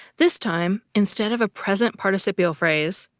this time, instead of a present participial phrase,